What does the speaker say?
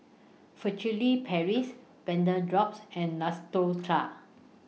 Furtere Paris Vapodrops and